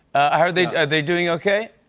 are they are they doing okay?